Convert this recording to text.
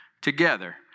together